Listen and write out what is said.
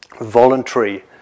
voluntary